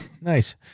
Nice